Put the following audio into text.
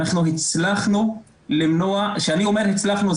אנחנו הצלחנו למנוע וכשאני אומר הצלחנו,